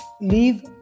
leave